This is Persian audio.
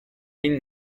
این